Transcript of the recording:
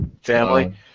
family